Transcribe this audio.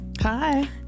Hi